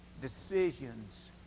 decisions